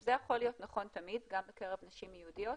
זה יכול להיות נכון תמיד גם בקרב נשים יהודיות,